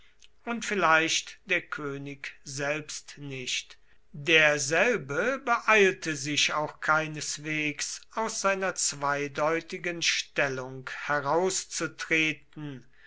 und vielleicht der könig selbst nicht derselbe beeilte sich auch keineswegs aus seiner zweideutigen stellung herauszutreten